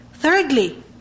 Thirdly